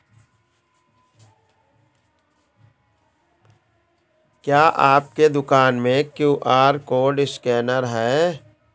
क्या आपके दुकान में क्यू.आर कोड स्कैनर है?